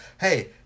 Hey